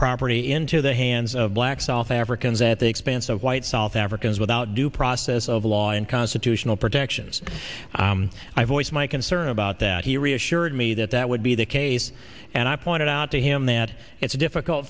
property into the hands of black south africans at the expense of white south africans without due process of law and constitutional protections i voiced my concern about that he reassured me that that would be the case and i pointed out to him that it's difficult